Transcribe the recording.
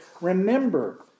remember